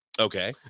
Okay